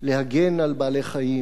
להגן על בעלי-חיים,